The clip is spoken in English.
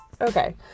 Okay